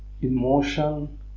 emotion